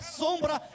sombra